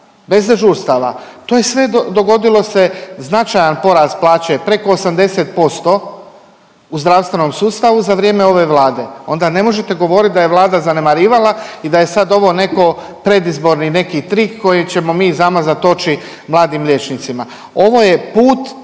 bez dežurstava. To je sve dogodilo se značajan porast plaće preko 80% u zdravstvenom sustavu za vrijeme ove Vlade. Onda ne možete govorit da je Vlada zanemarivala i da je sad ovo neko predizborni neki trik kojim ćemo mi zamazat oči mladim liječnicima. Ovo je put